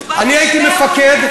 אני הייתי מפקד,